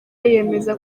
yemeza